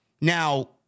Now